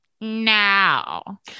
now